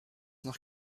noch